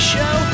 Show